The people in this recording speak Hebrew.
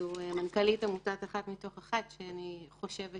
אני חושבת